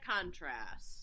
contrast